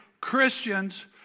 Christians